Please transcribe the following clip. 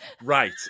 Right